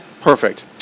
Perfect